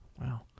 Wow